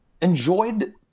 enjoyed